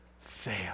fail